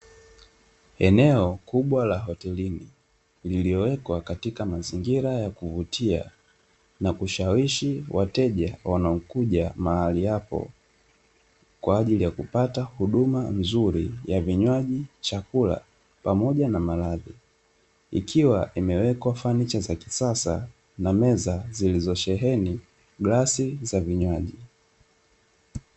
Eneo kubwa la hotelini, lililowekwa katika mazingira ya kuvutia na kushawishi wateja wanaokuja mahali hapo kwa ajili ya kupata huduma nzuri ya vinywaji, chakula pamoja na malazi, ikiwa imewekwa fanicha za kisasa na meza zilizosheheni glasi za vinywaji.